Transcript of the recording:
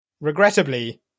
regrettably